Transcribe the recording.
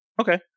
Okay